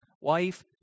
wife